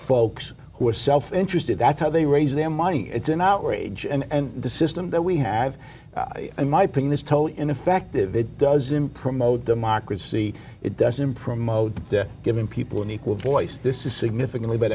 folks who are self interested that's how they raise their money it's an outrage and the system that we have in my pin is totally ineffective it doesn't promote democracy it doesn't promote giving people an equal voice this is significantly